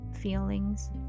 feelings